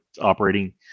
operating